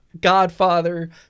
Godfather